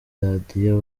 radiyo